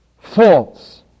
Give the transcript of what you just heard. false